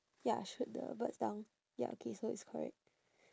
ya shoot the birds down ya okay so it's correct